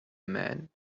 men